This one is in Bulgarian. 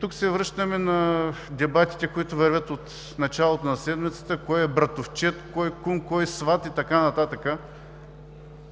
Тук се връщаме на дебатите, които вървят от началото на седмицата – кой е братовчед, кой е кум, кой сват и така нататък.